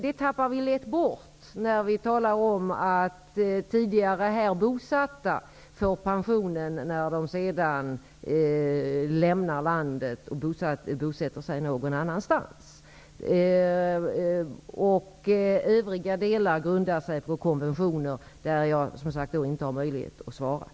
Det tappar vi lätt bort när vi talar om i Sverige tidigare bosatta personer, som får pension när de sedan lämnar landet och bosätter sig någon annanstans. Övriga delar grundar sig på konventioner. Det har jag, som sagt, inte möjlighet att kommentera.